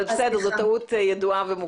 מיקי, ברשותך, זו סיגל טולדו.